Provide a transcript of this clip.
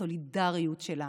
בסולידריות שלנו.